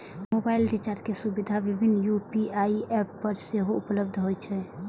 mobile recharge के सुविधा विभिन्न यू.पी.आई एप पर सेहो उपलब्ध होइ छै